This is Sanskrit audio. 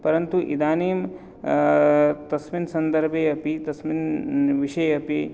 परन्तु इदानीं तस्मिन् सन्दर्भे अपि तस्मिन् विषयेऽपि